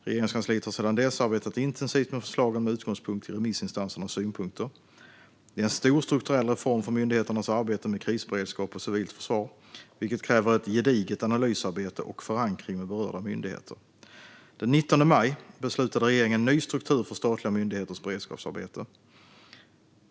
Regeringskansliet har sedan dess arbetat intensivt med förslagen med utgångspunkt i remissinstansernas synpunkter. Det är en stor strukturell reform för myndigheternas arbete med krisberedskap och civilt försvar, vilket kräver ett gediget analysarbete och förankring med berörda myndigheter. Den 19 maj beslutade regeringen om en ny struktur för statliga myndigheters beredskapsarbete.